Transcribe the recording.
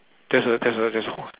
there's a there's a there's a